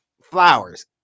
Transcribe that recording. flowers